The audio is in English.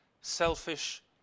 selfish